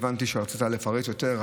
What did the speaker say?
הבנתי שרצית לפרט יותר,